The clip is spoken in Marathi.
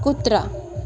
कुत्रा